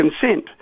consent